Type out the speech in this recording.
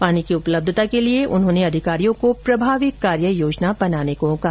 पानी की उपलब्यता के लिए उन्होंने अधिकारियों को प्रभावी कार्ययोजना बनाने को कहा